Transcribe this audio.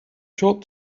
short